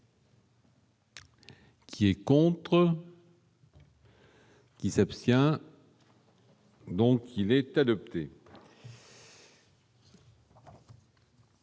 Qui est contre. Qui s'abstient. Donc il est adopté.